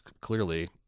clearly